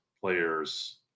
players